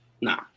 Nah